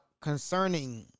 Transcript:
concerning